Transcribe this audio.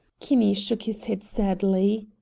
kinney shook his head sadly.